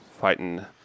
fighting